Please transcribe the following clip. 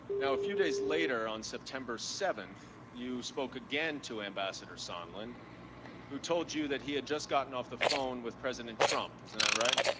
few days later on september seven, you spoke again to ambassador sondland who told you that he had just gotten off the phone with president trump, isn't that right?